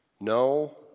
No